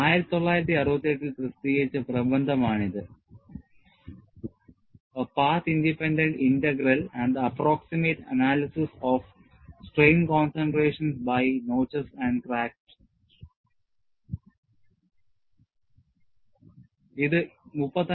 1968 ൽ പ്രസിദ്ധീകരിച്ച പ്രബന്ധമാണിത് 'a path independent integral and the approximate analysis of strain by notches and cracks ' 'A path independent integral and the approximate analysis of strain concentrations by notches and cracks'